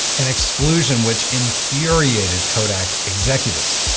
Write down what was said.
an exclusion which infuriated kodak executives.